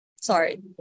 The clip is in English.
Sorry